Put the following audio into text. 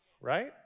right